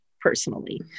personally